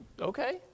Okay